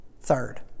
Third